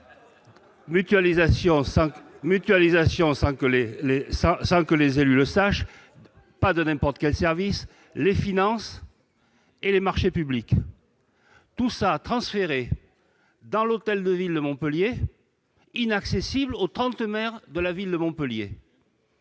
mutualisation, sans que les élus le sachent, et pas de n'importe quels services : les finances et les marchés publics ! Tout a été transféré à l'hôtel de ville de Montpellier, inaccessible aux 30 maires de la métropole.